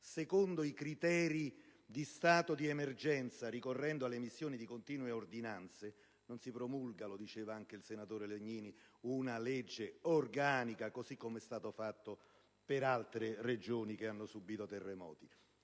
secondo i criteri di stato di emergenza, ricorrendo all'emissione di continue ordinanze, non si approva - lo chiedeva anche il senatore Legnini - una legge organica, così com'è stato fatto per altre Regioni che hanno subìto terremoti?